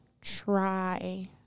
try